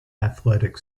athletic